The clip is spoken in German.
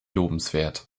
lobenswert